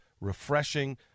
refreshing